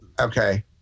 Okay